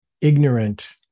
ignorant